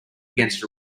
against